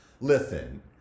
Listen